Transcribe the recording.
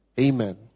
Amen